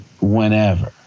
whenever